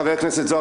חבר הכנסת זוהר,